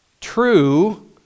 true